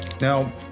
Now